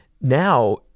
Now